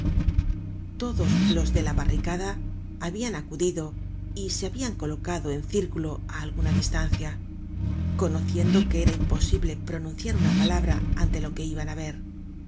todos los de la barricada habian acudido y se habian colocado en círculo á alguna distancia conociendo que era imposible pronunciar una palabra ante lo que iban á ver